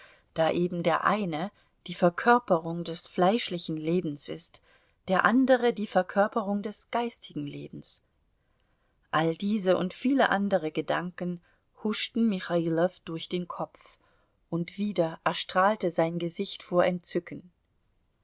da eben der eine die verkörperung des fleischlichen lebens ist der andere die verkörperung des geistigen lebens all diese und viele andere gedanken huschten michailow durch den kopf und wieder erstrahlte sein gesicht vor entzücken